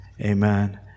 Amen